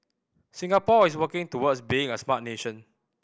Singapore is working towards being a smart nation